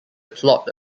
plot